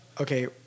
okay